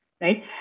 right